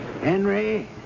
Henry